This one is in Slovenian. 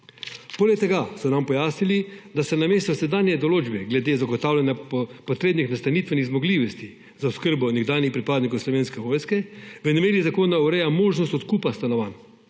tega so nam pojasnili, da se namesto sedanje določbe glede zagotavljanja potrebnih nastanitvenih zmogljivosti za oskrbo nekdanjih pripadnikov Slovenske vojske v noveli zakona ureja možnost odkupa stanovanj.